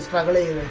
heavily